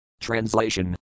Translation